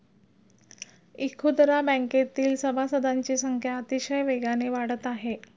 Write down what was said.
इखुदरा बँकेतील सभासदांची संख्या अतिशय वेगाने वाढत आहे